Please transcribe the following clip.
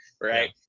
right